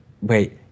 wait